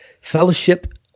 fellowship